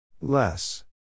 Less